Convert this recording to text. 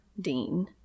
Dean